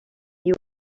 you